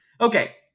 okay